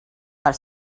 per